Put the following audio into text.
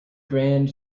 grand